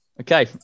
Okay